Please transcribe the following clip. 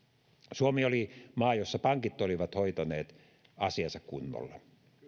suomi oli maa jossa pankit olivat hoitaneet asiansa kunnolla